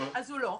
אז הוא לא בזום.